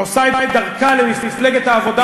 העושה את דרכה למפלגת העבודה,